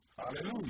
Hallelujah